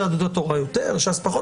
יהדות התורה יותר וש"ס פחות,